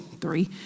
three